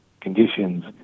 conditions